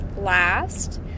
last